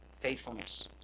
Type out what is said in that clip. Faithfulness